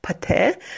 pate